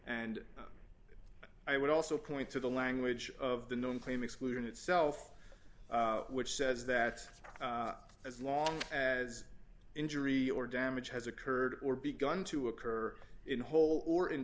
and i would also point to the language of the known claim exclusion itself which says that as long as injury or damage has occurred or begun to occur in whole or in